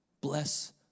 Bless